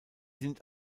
sind